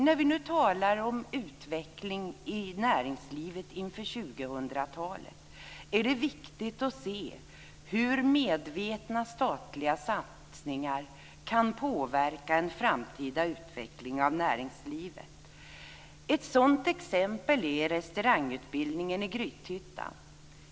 När vi nu talar om utveckling i näringslivet inför 2000-talet är det viktigt att se hur medvetna statliga satsningar kan påverka en framtida utveckling av näringslivet. Ett sådant exempel är restaurangutbildningen i Grythyttan.